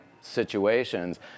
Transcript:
situations